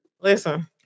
Listen